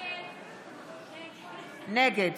נגד